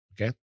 okay